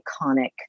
iconic